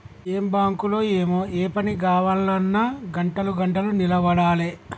ఏం బాంకులో ఏమో, ఏ పని గావాల్నన్నా గంటలు గంటలు నిలవడాలె